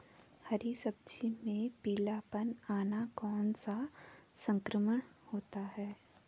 हरी सब्जी में पीलापन आना कौन सा संक्रमण होता है?